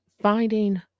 finding